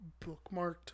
bookmarked